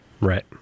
Right